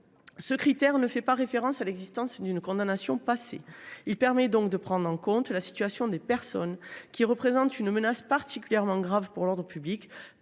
ce critère ne fait pas référence à l’existence d’une condamnation passée. Il permet donc de prendre en compte la situation de personnes qui représentent une menace particulièrement grave pour l’ordre public,